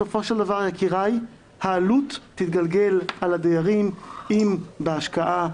בסופו של דבר העלות תתגלגל על הדיירים אם בהשקעה,